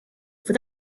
for